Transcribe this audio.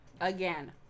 again